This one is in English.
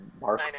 Mark